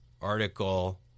article